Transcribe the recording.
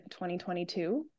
2022